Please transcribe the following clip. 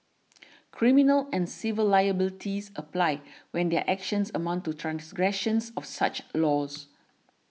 criminal and civil liabilities apply when their actions amount to transgressions of such laws